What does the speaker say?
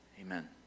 Amen